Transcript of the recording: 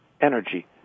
energy